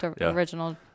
original